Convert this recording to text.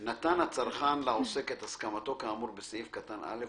נתן הצרכן לעוסק את הסכמתו כאמור בסעיף קטן (א)